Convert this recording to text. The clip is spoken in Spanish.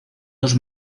dos